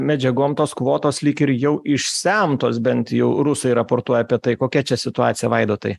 medžiagom tos kvotos lyg ir jau išsemtos bent jau rusai raportuoja apie tai kokia čia situacija vaidotai